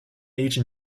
age